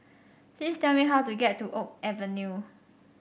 please tell me how to get to Oak Avenue